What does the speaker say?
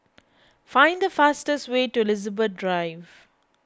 find the fastest way to Elizabeth Drive